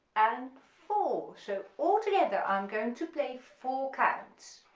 and four, so all together i'm going to play four counts,